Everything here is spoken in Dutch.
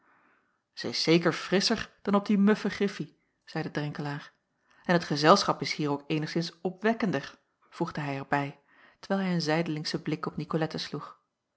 zeker frisscher dan op die muffe griffie zeide drenkelaer en het gezelschap is hier ook eenigszins opwekkender voegde hij er bij terwijl hij een zijdelingschen blik op nicolette sloeg